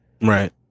Right